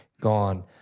gone